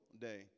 day